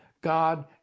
God